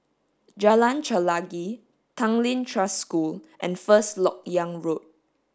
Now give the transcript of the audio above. Jalan Chelagi Tanglin Trust School and First Lok Yang Road